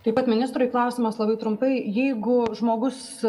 taip pat ministrui klausimas labai trumpai jeigu žmogus